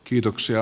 kiitoksia